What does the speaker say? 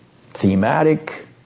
Thematic